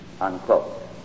unquote